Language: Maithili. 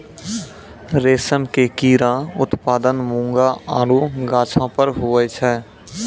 रेशम के कीड़ा उत्पादन मूंगा आरु गाछौ पर हुवै छै